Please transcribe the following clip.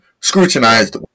scrutinized